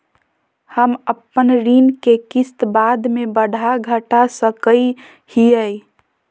हम अपन ऋण के किस्त बाद में बढ़ा घटा सकई हियइ?